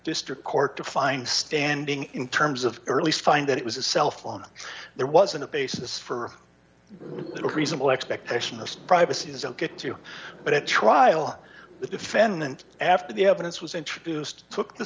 district court to find standing in terms of early find that it was a cell phone there wasn't a basis for reasonable expectation of privacy is ok too but at trial the defendant after the evidence was introduced took the